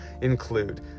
include